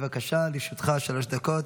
בבקשה, לרשותך שלוש דקות.